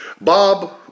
Bob